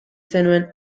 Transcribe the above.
zenuen